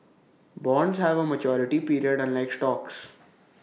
bonds have A maturity period unlike stocks